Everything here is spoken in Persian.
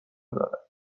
دارد